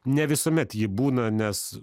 ne visuomet ji būna nes